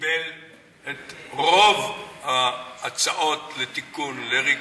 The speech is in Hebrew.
קיבל את רוב ההצעות לתיקון, לריכוך,